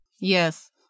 Yes